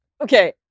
Okay